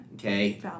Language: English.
Okay